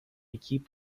keep